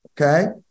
okay